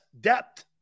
depth